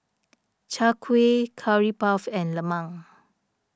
Chai Kuih Curry Puff and Lemang